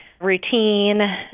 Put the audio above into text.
routine